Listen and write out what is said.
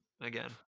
again